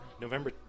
November